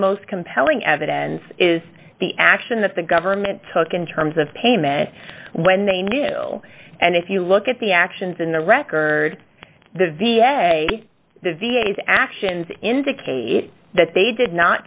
most compelling evidence is the action that the government took in terms of payment when they knew and if you look at the actions in the record the v a the v a s actions indicate that they did not